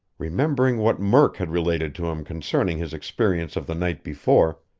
remembering what murk had related to him concerning his experience of the night before,